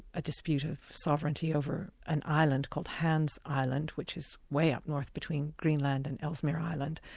a dispute of sovereignty over an island called hans island, which is way up north between greenland and ellsmere island,